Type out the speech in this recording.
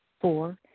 Four